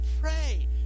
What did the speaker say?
pray